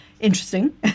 interesting